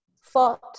fought